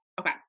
okay